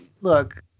Look